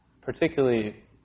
particularly